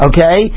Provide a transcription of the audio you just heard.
Okay